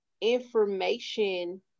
information